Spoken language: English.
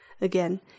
Again